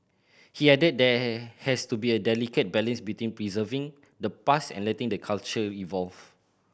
he added there has to be a delicate balance between preserving the past and letting the culture evolve